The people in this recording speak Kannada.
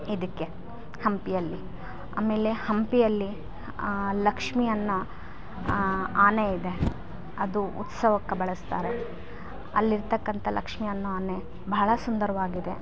ಇದಕ್ಕೆ ಹಂಪಿಯಲ್ಲಿ ಆಮೇಲೆ ಹಂಪಿಯಲ್ಲಿ ಲಕ್ಷ್ಮೀ ಅನ್ನೋ ಆನೆ ಇದೆ ಅದು ಉತ್ಸವಕ್ಕೆ ಬಳಸ್ತಾರೆ ಅಲ್ಲಿರತಕ್ಕಂಥ ಲಕ್ಷ್ಮೀ ಅನ್ನೋ ಆನೆ ಭಾಳ ಸುಂದರವಾಗಿದೆ